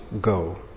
go